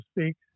speak